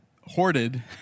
hoarded